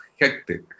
hectic